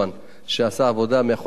שעשה עבודה מאחורי הקלעים.